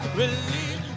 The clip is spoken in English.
release